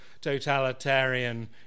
totalitarian